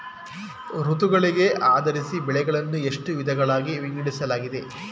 ಋತುಗಳಿಗೆ ಆಧರಿಸಿ ಬೆಳೆಗಳನ್ನು ಎಷ್ಟು ವಿಧಗಳಾಗಿ ವಿಂಗಡಿಸಲಾಗಿದೆ?